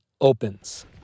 opens